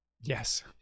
Yes